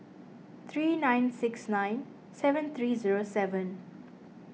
three nine six nine seven three zero seven